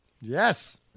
Yes